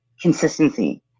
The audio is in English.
consistency